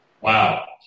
Wow